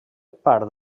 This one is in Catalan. part